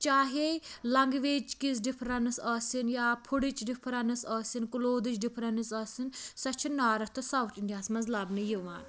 چاہے لَنٛگویج کِس ڈِفرنَس ٲسِن یا فُڈٕچ ڈِفرنَس ٲسِن کُلودٕچ ڈِفرنَس ٲسِن سۄ چھِ نارتھ تہٕ ساوُتھ اِنٛڈیاہَس مَنٛز لَبنہٕ یِوان